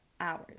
hours